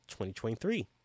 2023